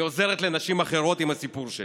אני עוזרת לנשים אחרות עם הסיפור שלי.